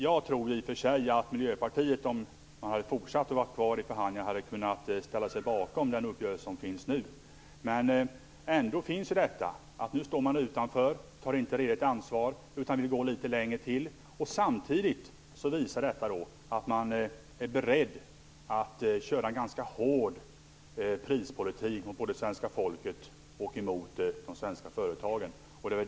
Jag tror i och för sig att Miljöpartiet, om man hade varit kvar i förhandlingarna, hade kunnat ställa sig bakom den uppgörelse som finns nu. Men nu står man ändå utanför. Man tar inte riktigt ansvar utan vill gå litet längre. Samtidigt visar detta att man är beredd att köra en ganska hård prispolitik gentemot både svenska folket och de svenska företagen.